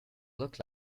look